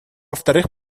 вторых